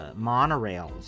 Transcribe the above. monorails